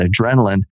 adrenaline